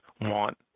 want